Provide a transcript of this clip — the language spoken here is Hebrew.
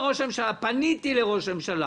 פניתי לראש הממשלה